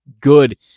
good